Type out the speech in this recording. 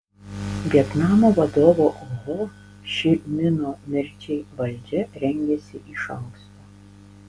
vietnamo vadovo ho ši mino mirčiai valdžia rengėsi iš anksto